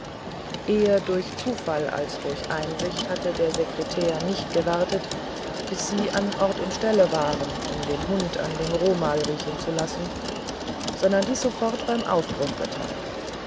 eher durch zufall als aus einsicht hatte der sekretär nicht gewartet bis sie an ort und stelle waren um den hund an dem romal riechen zu lassen sondern dies sofort beim aufbruch getan